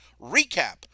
recap